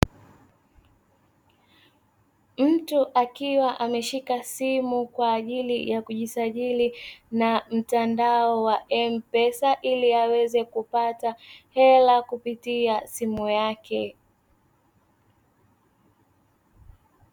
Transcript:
Mtu akiwa ameshika simu kwa ajili ya kujisajili na mtandao wa M-MPESA, ili aweze kupata hela kupitia simu yake.